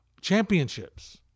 championships